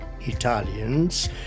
Italians